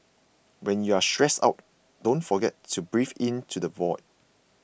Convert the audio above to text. when you are feeling stressed out don't forget to breathe into the void